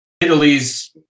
Italy's